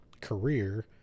career